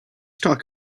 talk